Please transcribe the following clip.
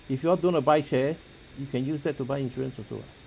if you all don't want to buy shares you can use that to buy insurance also what